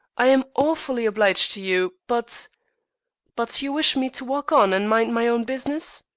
i am awfully obliged to you, but but you wish me to walk on and mind my own business?